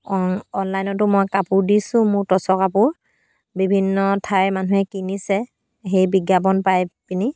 অ অনলাইনতো মই কাপোৰ দিছোঁ মোৰ টচৰ কাপোৰ বিভিন্ন ঠাইৰ মানুহে কিনিছে সেই বিজ্ঞাপন পাইপিনি